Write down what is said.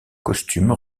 costume